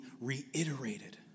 reiterated